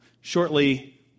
shortly